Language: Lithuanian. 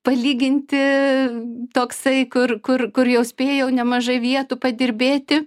palyginti toksai kur kur kur jau spėjau nemažai vietų padirbėti